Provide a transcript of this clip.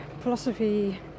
Philosophy